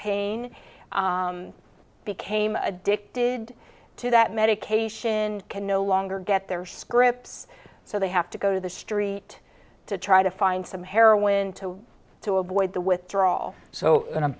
pain became addicted to that medication can no longer get their scripts so they have to go to the street to try to find some heroin to to avoid the withdrawal so and a